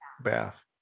bath